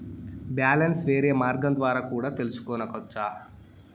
Balance వేరే మార్గం ద్వారా కూడా తెలుసుకొనొచ్చా?